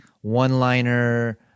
one-liner